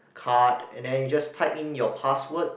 card and then you just type in your password